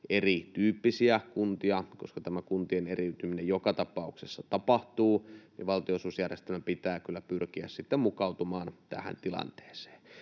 erityyppisiä kuntia. Koska tämä kuntien eriytyminen joka tapauksessa tapahtuu, valtionosuusjärjestelmän pitää kyllä pyrkiä sitten mukautumaan tähän tilanteeseen.